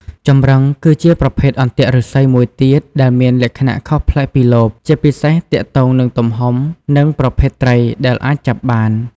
ចម្រឹង គឺជាប្រភេទអន្ទាក់ឫស្សីមួយទៀតដែលមានលក្ខណៈខុសប្លែកពីលប ជាពិសេសទាក់ទងនឹងទំហំ និងប្រភេទត្រីដែលអាចចាប់បាន។